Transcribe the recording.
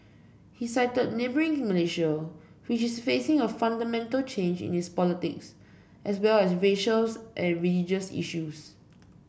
he cited neighbouring Malaysia which is facing a fundamental change in its politics as well as racial and religious issues